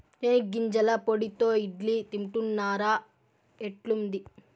చెనిగ్గింజల పొడితో ఇడ్లీ తింటున్నారా, ఎట్లుంది